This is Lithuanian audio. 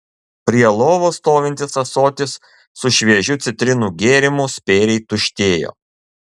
prie lovos stovintis ąsotis su šviežiu citrinų gėrimu spėriai tuštėjo